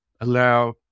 allow